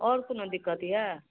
आओर कोनो दिक्कत यए